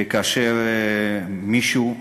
כאשר מישהו,